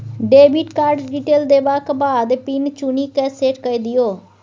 debit card detail देबाक बाद pin चुनि कए सेट कए दियौ